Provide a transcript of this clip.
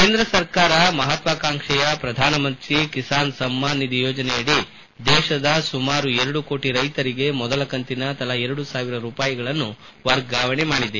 ಕೇಂದ್ರ ಸರ್ಕಾರ ಮಹತ್ವಾಕಾಂಕ್ಷೆಯ ಪ್ರಧಾನಮಂತ್ರಿ ಕಿಸಾನ್ ಸಮ್ನಾನ್ ನಿಧಿ ಯೋಜನೆಯಡಿ ದೇಶದ ಸುಮಾರು ಎರಡು ಕೋಟ ರೈತರಿಗೆ ಮೊದಲ ಕಂತಿನ ತಲಾ ಎರಡು ಸಾವಿರ ರೂಪಾಯಿಗಳನ್ನು ವರ್ಗಾವಣೆ ಮಾಡಿದೆ